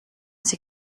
sie